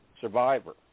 Survivor